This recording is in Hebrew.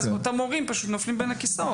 ואז אותם הורים פשוט נופלים בין הכיסאות.